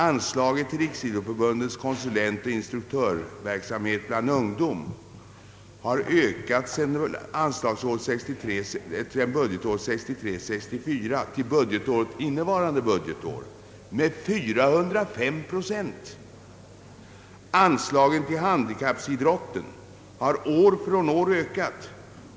Anslaget till Sveriges riksidrottsförbunds konsulentoch instruktörsverksamhet för ungdom har från budgetåret 1963/64 till innevarande budgetår ökat med 405 procent. Anslaget till handikappidrotten har år från år ökat.